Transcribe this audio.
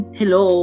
hello